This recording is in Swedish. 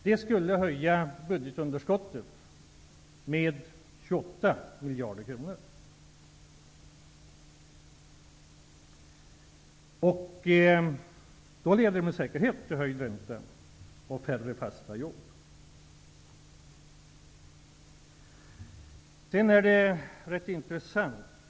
Det skulle öka budgetunderskottet med 28 miljarder kronor. Om det genomfördes, skulle det med säkerhet leda till höjd ränta och färre fasta jobb. Sedan vill jag beröra en sak som är rätt intressant.